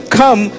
come